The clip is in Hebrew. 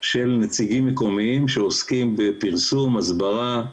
של נציגים מקומיים שעוסקים בפרסום, הסברה,